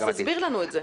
אז תסביר לנו את זה.